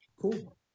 Cool